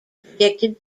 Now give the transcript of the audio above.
predicted